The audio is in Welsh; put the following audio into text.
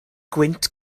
gwynt